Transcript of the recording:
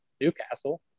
Newcastle